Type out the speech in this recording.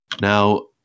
now